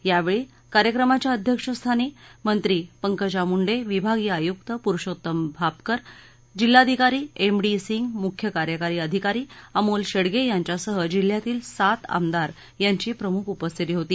यावेळी कार्यक्रमाच्या अध्यक्षस्थानी मंत्री पंकजा मुंडे विभागीय आयुक्त पुरुषोत्तम भापकर जिल्हाधिकारी एम डी सिंग मुख्य कार्यकारी अधिकारी अमोल शेडगे यांच्या सह जिल्ह्यातील सात आमदार यांची प्रमुख उपस्थिती होती